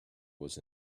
was